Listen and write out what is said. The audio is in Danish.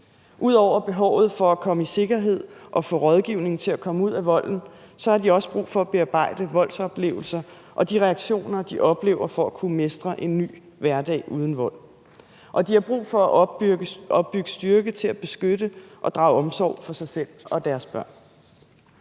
Ud over behovet for at komme i sikkerhed og få rådgivning til at komme ud af volden har de også brug for at bearbejde voldsoplevelser og de reaktioner, de oplever, for at kunne mestre en ny hverdag uden vold. Og de har brug for at opbygge styrke til at beskytte og drage omsorg for sig selv og deres børn.